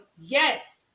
Yes